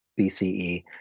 BCE